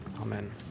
Amen